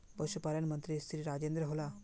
पशुपालन मंत्री श्री राजेन्द्र होला?